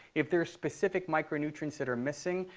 if there are specific micronutrients that are missing,